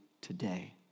today